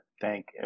thank